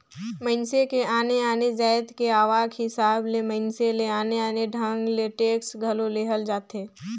मइनसे के आने आने जाएत के आवक हिसाब ले मइनसे ले आने आने ढंग ले टेक्स घलो लेहल जाथे